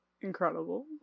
Incredible